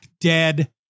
dead